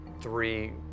three